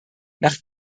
nach